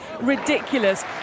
ridiculous